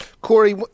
Corey